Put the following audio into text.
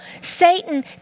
Satan